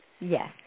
Yes